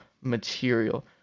material